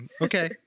Okay